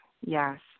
Yes